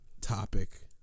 topic